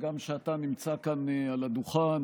גם שאתה נמצא כאן על הדוכן